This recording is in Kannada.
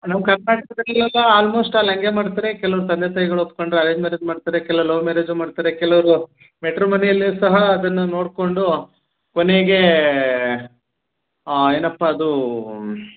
ನಮ್ಮ ಕರ್ನಾಟಕದಲ್ಲೆಲ್ಲ ಆಲ್ಮೋಸ್ಟ್ ಆಲ್ ಹಂಗೇ ಮಾಡ್ತಾರೆ ಕೆಲವ್ರು ತಂದೆ ತಾಯಿಗಳು ಒಪ್ಪಿಕೊಂಡು ಅರೇಂಜ್ ಮ್ಯಾರೇಜ್ ಮಾಡ್ತಾರೆ ಕೆಲವು ಲವ್ ಮ್ಯಾರೇಜು ಮಾಡ್ತಾರೆ ಕೆಲವರು ಮ್ಯಾಟ್ರಿಮೋನಿಯಲ್ಲಿ ಸಹ ಅದನ್ನು ನೋಡಿಕೊಂಡು ಕೊನೆಗೆ ಏನಪ್ಪ ಅದು